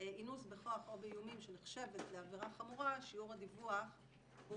אינוס בכוח או באיומים שנחשבת לעבירה חמורה שיעור הדיווח הוא